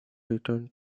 return